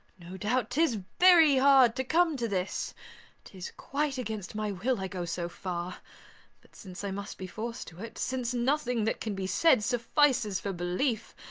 no doubt tis very hard to come to this tis quite against my will i go so far but since i must be forced to it, since nothing that can be said suffices for belief,